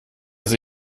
sehe